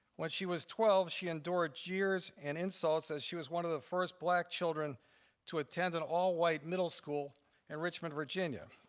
when she was twelve, she endured jeers and insults as she was one of the first black children to attend an all-white middle school in richmond, virginia,